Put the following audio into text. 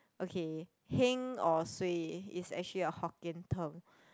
okay heng or suay is actually a Hokkien term